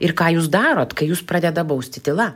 ir ką jūs darot kai jus pradeda bausti tyla